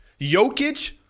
Jokic